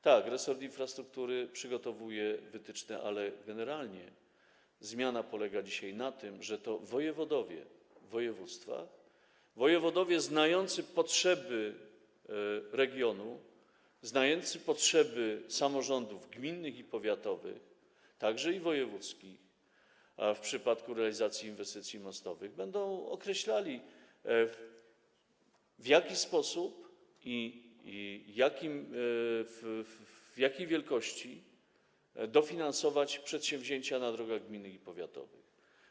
Tak, resort infrastruktury przygotowuje wytyczne, ale generalnie zmiana polega dzisiaj na tym, że to wojewodowie znający potrzeby regionów, znający potrzeby samorządów gminnych i powiatowych, także wojewódzkich w przypadku realizacji inwestycji mostowych, będą określali, w jaki sposób i w jakiej wysokości dofinansować przedsięwzięcia na drogach gminnych i powiatowych.